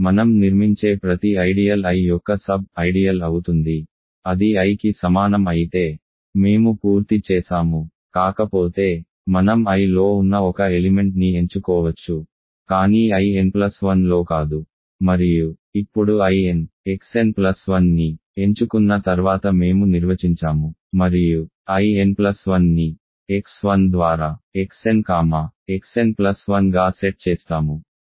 మనం నిర్మించే ప్రతి ఐడియల్ I యొక్క సబ్ ఐడియల్ అవుతుంది అది Iకి సమానం అయితే మేము పూర్తి చేసాము కాకపోతే మనం Iలో ఉన్న ఒక ఎలిమెంట్ ని ఎంచుకోవచ్చు కానీ In1 లో కాదు మరియు ఇప్పుడు In xn1 ని ఎంచుకున్న తర్వాత మేము నిర్వచించాము మరియు In1 ని x1 ద్వారా xn కామా xn1 గా సెట్ చేస్తాము